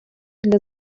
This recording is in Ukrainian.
для